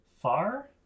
far